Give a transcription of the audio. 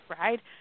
right